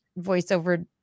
voiceover –